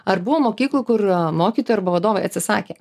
ar buvo mokyklų kur mokytojai arba vadovai atsisakė